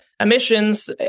emissions